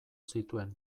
zituen